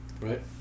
right